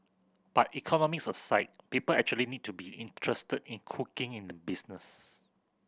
but economics aside people actually need to be interested in cooking in the business